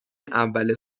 اول